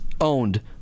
owned